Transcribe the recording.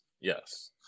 yes